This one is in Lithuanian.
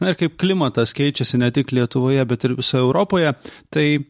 na ir kaip klimatas keičiasi ne tik lietuvoje bet ir visoj europoje tai